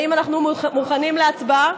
האם אנחנו מוכנים להצבעה?